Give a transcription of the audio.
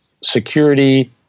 security